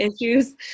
issues